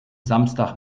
samstag